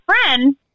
friend